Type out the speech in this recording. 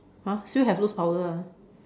!huh! still have loose powder ah